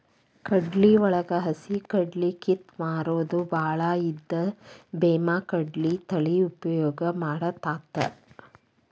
ಕಡ್ಲಿವಳಗ ಹಸಿಕಡ್ಲಿ ಕಿತ್ತ ಮಾರುದು ಬಾಳ ಇದ್ದ ಬೇಮಾಕಡ್ಲಿ ತಳಿ ಉಪಯೋಗ ಮಾಡತಾತ